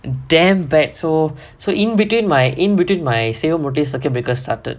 damn bad so so in between my in between my circuit breaker started